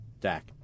Dak